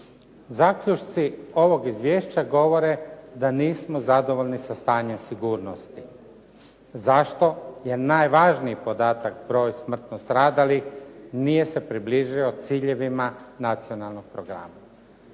Zaključci ovog izvješća govore da nismo zadovoljni sa stanjem sigurnosti. Zašto? Jer najvažniji podatak, broj smrtno stradalih nije se približio ciljevima nacionalnog programa.